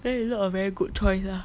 that is not a very good choice lah